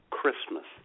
Christmas